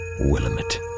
Willamette